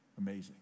Amazing